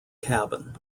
cabin